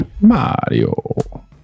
Mario